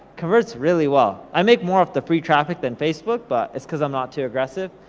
converts really well. i make more off the free traffic than facebook, but it's cause i'm not too aggressive,